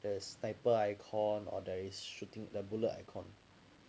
the sniper icon or there is shooting the bullet icon